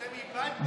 אתם איבדתם כל רגש.